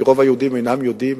כי רוב היהודים אינם יודעים,